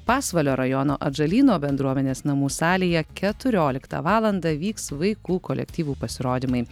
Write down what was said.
pasvalio rajono atžalyno bendruomenės namų salėje keturioliktą valandą vyks vaikų kolektyvų pasirodymai